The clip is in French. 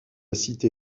cité